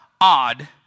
odd